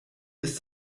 ist